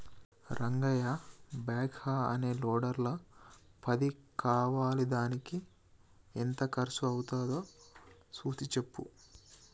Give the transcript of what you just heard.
Rangayya backhoe అనే లోడర్ల పది కావాలిదానికి ఎంత కర్సు అవ్వుతాదో సూసి సెప్పు